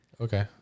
Okay